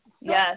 Yes